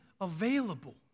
available